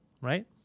right